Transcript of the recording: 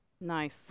Nice